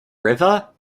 river